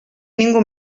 ningú